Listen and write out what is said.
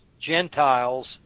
Gentiles